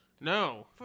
no